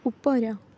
ଉପର